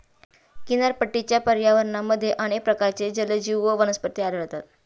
किनारपट्टीच्या पर्यावरणामध्ये अनेक प्रकारचे जलजीव व वनस्पती आढळतात